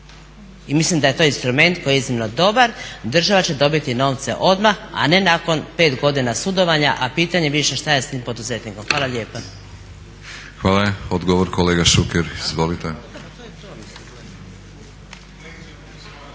I mislim da je to instrument koji je iznimno dobar, država će dobiti novce odmah a ne nakon pet godina sudovanja. A pitanje više što je s tim poduzetnikom? Hvala lijepa. **Batinić, Milorad (HNS)**